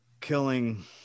killing